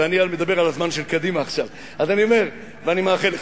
ואני מדבר על הזמן של קדימה עכשיו, ואני מאחל לך.